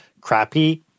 crappy